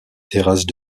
terrasses